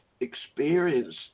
experience